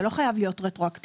זה לא חייב להיות רטרואקטיבי.